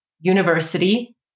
university